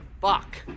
fuck